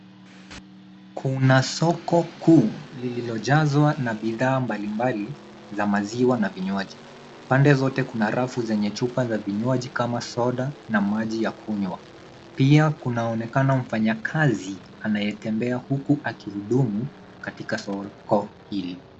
Kuna soko kuu lililojazwa na bidhaa mbalimbali za maziwa na vinywaji. Pande zote kuna rafu zenye chupa za vinywaji kama soda na maji ya kunywa. Pia kunaonekana mfanyakazi anayetembea huku akihudumu katika soko hili.